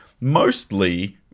mostly